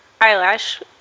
eyelash